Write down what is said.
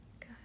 Good